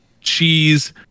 cheese